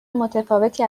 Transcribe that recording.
متفاوتی